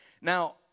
Now